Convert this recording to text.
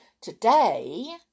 today